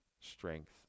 strength